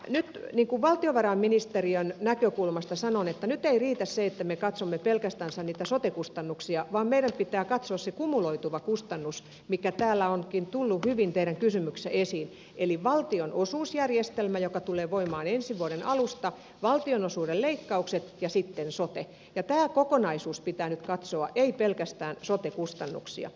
nyt valtiovarainministeriön näkökulmasta sanon että ei riitä se että me katsomme pelkästänsä niitä sote kustannuksia vaan meidän pitää katsoa se kumuloituva kustannus mikä täällä onkin tullut hyvin teidän kysymyksissänne esiin eli valtionosuusjärjestelmä joka tulee voimaan ensi vuoden alusta valtionosuuden leikkaukset ja sitten sote tämä kokonaisuus pitää nyt katsoa ei pelkästään sote kustannuksia